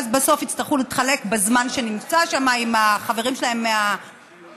שאז בסוף יצטרכו להתחלק בזמן שנמצא שם עם החברים שלהם מהפריפריה.